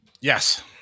Yes